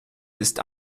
ist